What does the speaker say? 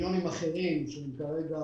בקריטריונים אחרים, שכרגע